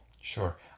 Sure